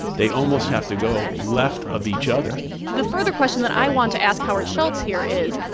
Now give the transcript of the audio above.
they almost have to go left of each other the further question that i want to ask howard schultz here is,